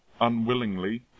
unwillingly